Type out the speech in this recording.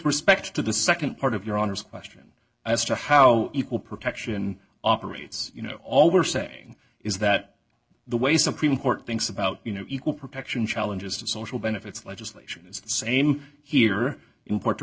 respect to the nd part of your honor's question as to how equal protection operates you know all we're saying is that the way supreme court thinks about you know equal protection challenges to social benefits legislation is the same here in puerto